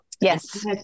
Yes